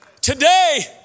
today